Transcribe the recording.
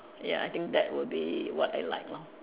ya I think that would be what I like lor